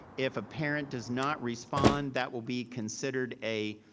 if a parent does not respond, that will be considered a